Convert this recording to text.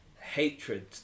Hatred